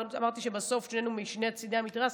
אמרתי שבסוף שנינו משני צידי המתרס,